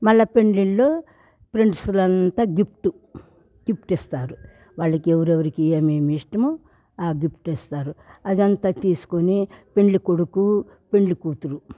మళ్ళ పెండ్లిళ్ళుప్రెండ్స్లంతా గిప్టు గిప్టిస్తారు వాళ్ళకి ఎవరెవరికి ఏమేమి ఇష్టమో ఆ గిప్ట్ ఇస్తారు అదంత తీసుకొని పెండ్లి కొడుకు పెండ్లి కూతురు